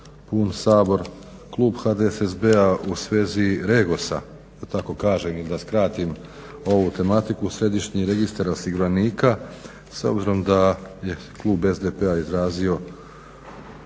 pun Sabor. Klub HDSSB-a u svezi REGOS-a da tako kažem ili da skratim ovu tematiku, središnji registar osiguranika, s obzirom da je klub SDP-a izrazio